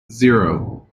zero